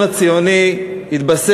הצעת החוק של חבר הכנסת יוני שטבון